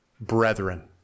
brethren